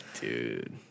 Dude